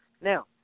Now